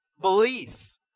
belief